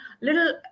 little